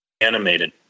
animated